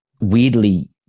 weirdly